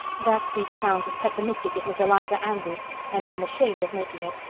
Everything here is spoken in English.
that speech sounds as pessimistic as miss eliza andrews and i'm ashamed of making it.